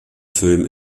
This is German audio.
film